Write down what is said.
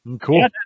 Cool